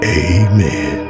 amen